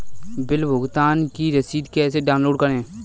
Bill भुगतान की रसीद कैसे डाउनलोड करें?